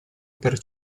per